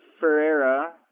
Ferreira